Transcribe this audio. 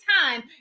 time